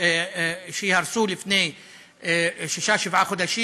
להיהרס לפני שישה-שבעה חודשים.